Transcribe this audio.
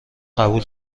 قبول